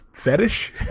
Fetish